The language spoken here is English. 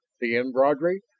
the embroidery,